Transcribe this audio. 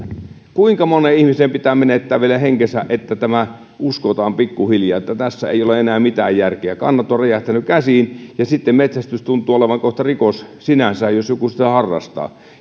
kuinka monen ihmisen pitää vielä menettää henkensä että uskotaan pikkuhiljaa että tässä ei ole enää mitään järkeä kannat ovat räjähtäneet käsiin ja metsästys tuntuu kohta olevan rikos sinänsä jos joku sitä harrastaa